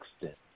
extent